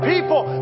people